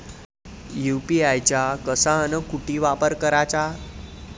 UPI चा कसा अन कुटी वापर कराचा?